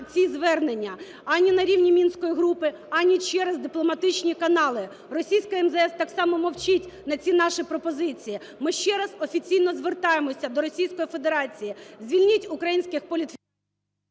ці звернення ані на рівні мінської групи, ані через дипломатичні канали. Російська МЗС так само мовчить на ці наші пропозиції. Ми ще раз офіційно звертаємося до Російської Федерації: звільніть українських… ГОЛОВУЮЧИЙ.